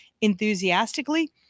enthusiastically